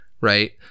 right